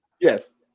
Yes